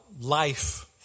life